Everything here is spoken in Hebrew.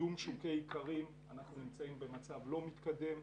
קידום שוק האיכרים - אנחנו נמצאים במצב לא מתקדם.